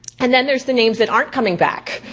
and then there's the names that aren't coming back.